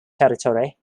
territory